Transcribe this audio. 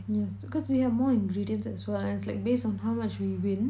yeah cause we had more ingredients as well and it's like based on how much we win